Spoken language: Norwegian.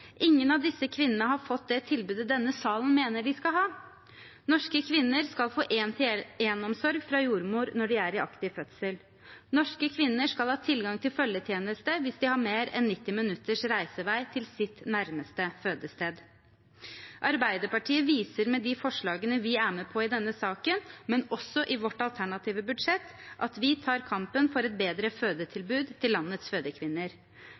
Ingen av disse kvinnene har fått det tilbudet denne salen mener de skal ha. Norske kvinner skal få én-til-én-omsorg fra jordmor når de er i aktiv fødsel. Norske kvinner skal ha tilgang til følgetjeneste hvis de har mer enn 90 minutters reisevei til sitt nærmeste fødested. Arbeiderpartiet viser med de forslagene vi er med på i denne saken, men også i sitt alternative budsjett, at vi tar kampen for et bedre fødetilbud til landets fødekvinner.